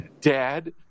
Dad